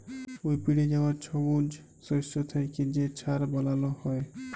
উইপড়ে যাউয়া ছবুজ শস্য থ্যাইকে যে ছার বালাল হ্যয়